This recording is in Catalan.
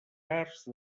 arts